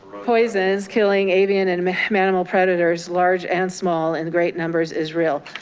poisons killing avian and mayhem animal predators large and small in great numbers is real.